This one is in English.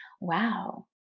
wow